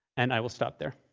and i will stop there.